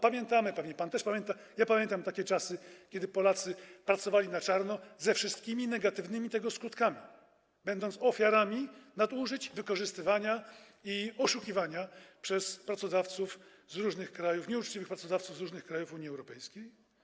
Pamiętamy, pewnie pan też pamięta, ja pamiętam, takie czasy, kiedy Polacy pracowali na czarno ze wszystkimi negatywnymi tego skutkami, będąc ofiarami nadużyć, wykorzystywania i oszukiwania przez nieuczciwych pracodawców z różnych krajów Unii Europejskiej.